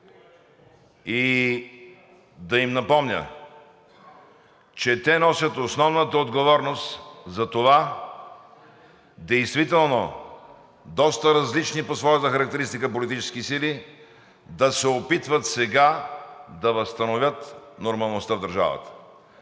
и да им напомня, че те носят основната отговорност за това действително доста различни по своята характеристика политически сили да се опитват сега да възстановят нормалността в държавата.